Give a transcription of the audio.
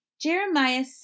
Jeremiah